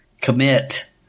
commit